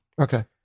Okay